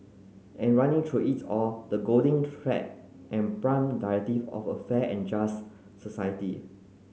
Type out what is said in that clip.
and running through it all the golden thread and prime directive of a fair and just society